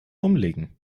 umlegen